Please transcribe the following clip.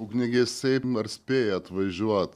ugniagesiai ar spėja atvažiuot